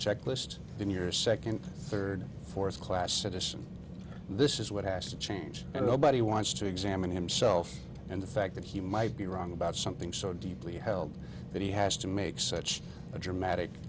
checklist then your second third or fourth class citizen this is what has to change and nobody wants to examine himself and the fact that he might be wrong about something so deeply held that he has to make such a dramatic